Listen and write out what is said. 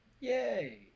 yay